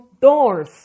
doors